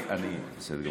בסדר גמור.